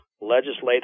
legislative